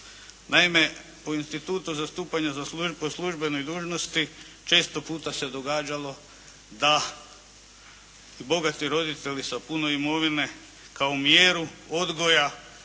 Naime, u institutu zastupanja po službenoj dužnosti često puta se događalo da i bogati roditelji sa puno imovine kao mjeru odgoja